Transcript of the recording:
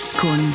con